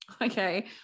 Okay